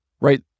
right